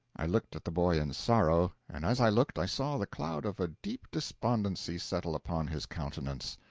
i looked at the boy in sorrow and as i looked i saw the cloud of a deep despondency settle upon his countenance.